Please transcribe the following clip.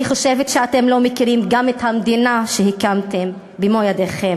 אני חושבת שאתם לא מכירים גם את המדינה שהקמתם במו-ידיכם.